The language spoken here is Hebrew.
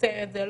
לקצר את זה.